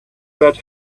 that